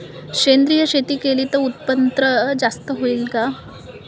सेंद्रिय शेती केली त उत्पन्न जास्त होईन का?